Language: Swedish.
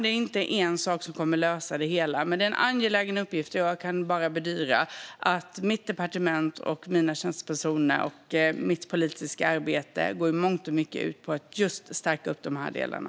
Det är inte en enda sak som kommer att lösa det hela. Men det är en angelägen uppgift för mitt departement och mina tjänstepersoner. Jag kan bedyra att mitt politiska arbete i mångt och mycket går ut på att stärka just de här delarna.